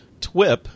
TWIP